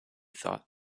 thought